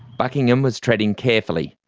buckingham was treading carefully.